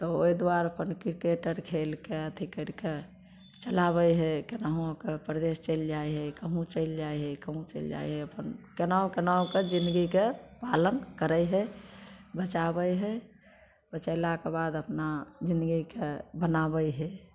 तब ओइ दुआरे अपन क्रिकेट आर खेल कए अथी करि कए चलाबय हइ केनाहुओ कए परदेश चलि जाइ हइ कहुँ चलि जाइ हइ कहुँ चलि जाइ हइ अपन केनाहु केनाहु कए जिनगीके पालन करय हइ बचाबय हइ बचयलाके बाद अपना जिनगीके बनाबय हइ